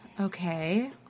okay